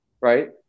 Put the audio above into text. right